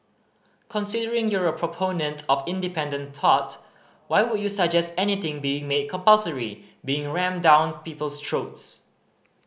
considering you're a proponent of independent thought why would you suggest anything being made compulsory being rammed down people's throats